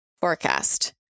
forecast